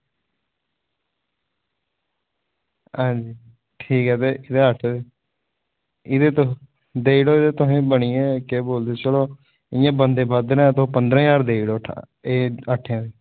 आं जी ठीक ऐ ते एह्दे अट्ठ एह्दे तुस देई ओड़ो एह्दे तुसें बनी गे केह् बोलदे इंया बनदे बद्ध न तुस पंद्रहां ज्हार देई ओड़ो एह् अट्ठें दी